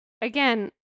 again